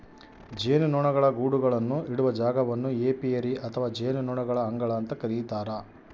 ಜೇನುನೊಣಗಳ ಗೂಡುಗಳನ್ನು ಇಡುವ ಜಾಗವನ್ನು ಏಪಿಯರಿ ಅಥವಾ ಜೇನುನೊಣಗಳ ಅಂಗಳ ಅಂತ ಕರೀತಾರ